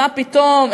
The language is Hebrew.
מה פתאום,